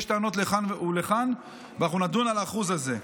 יש טענות לכאן ולכאן, ואנחנו נדון על האחוז הזה.